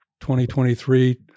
2023